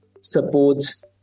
supports